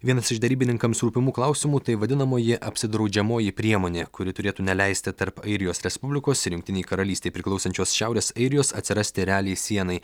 vienas iš derybininkams rūpimų klausimų tai vadinamoji apsidraudžiamoji priemonė kuri turėtų neleisti tarp airijos respublikos ir jungtinei karalystei priklausančios šiaurės airijos atsirasti realiai sienai